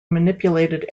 manipulated